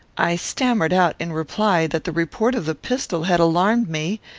i stammered out, in reply, that the report of the pistol had alarmed me,